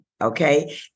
okay